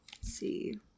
see